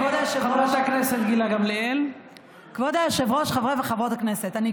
בוועדת שרים לענייני חקיקה אתה